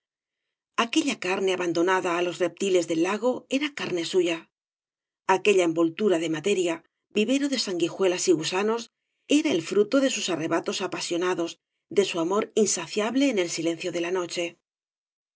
aquella carne abandonada á los reptiles del lago era carne suya aquella envoltura de materia vivero da ianguijuelas y gusanos era el fruto de sus arrebatos apasionados de bu amor insaciable en el silencio de ia noche